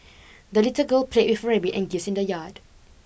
the little girl played with her rabbit and geese in the yard